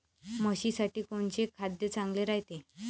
म्हशीसाठी कोनचे खाद्य चांगलं रायते?